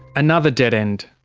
another dead end.